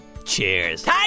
Cheers